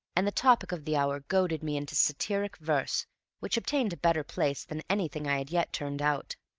and the topic of the hour goaded me into satiric verse which obtained a better place than anything i had yet turned out.